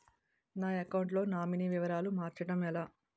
నా అకౌంట్ లో నామినీ వివరాలు మార్చటం ఎలా?